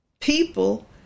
People